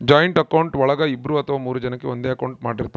joint account ಒಳಗ ಇಬ್ರು ಅಥವಾ ಮೂರು ಜನಕೆ ಒಂದೇ ಅಕೌಂಟ್ ಮಾಡಿರ್ತರಾ